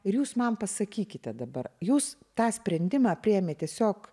ir jūs man pasakykite dabar jūs tą sprendimą priėmėt tiesiog